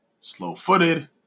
slow-footed